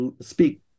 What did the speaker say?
speak